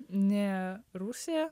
ne rusija